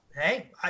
Hey